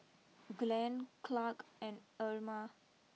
Glenn Clarke and Erma